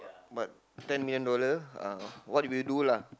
but ten million dollar uh what do we do lah